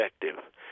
effective